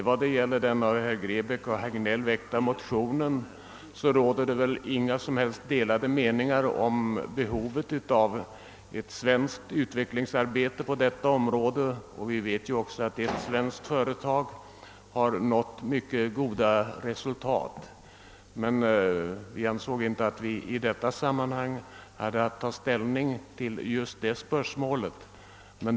Vad beträffar den av herrar Grebäck och Hagnell väckta motionen råder väl inga delade meningar om behovet av ett svenskt utvecklingsarbete på området. Vi vet också att ett svenskt företag har uppnått mycket goda resultat, men vi ansåg inte att vi i detta sammanhang hade att ta ställning till just detta spörsmål.